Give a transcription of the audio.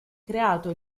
creato